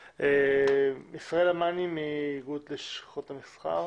ישראלה מני מאיגוד לשכות המסחר.